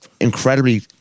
incredibly